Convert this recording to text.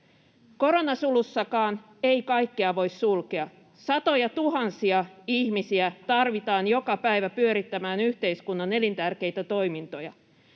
Koronasulussakaan ei kaikkea voi sulkea. Satojatuhansia ihmisiä tarvitaan joka päivä pyörittämään yhteiskunnan elintärkeitä toimintoja.